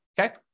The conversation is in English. okay